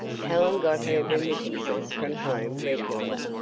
helen got her remittances from home regularly,